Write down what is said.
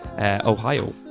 Ohio